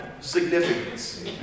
significance